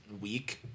week